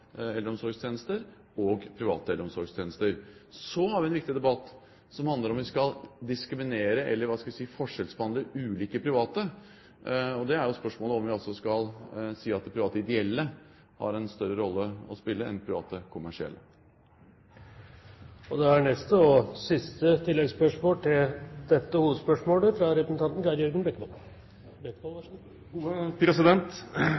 eldreomsorgstjenester og private eldreomsorgstjenester. Så har vi en viktig debatt som handler om vi skal diskriminere, eller – hva skal vi si – forskjellsbehandle, ulike private. Det er spørsmålet om vi skal si at private ideelle har en større rolle å spille enn private kommersielle. Geir Jørgen Bekkevold – til oppfølgingsspørsmål. Vi hadde en lignende spørretimerunde før sommeren, hvor kommunalministeren var her og svarte på dette